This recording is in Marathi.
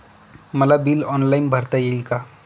मला बिल ऑनलाईन भरता येईल का?